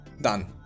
done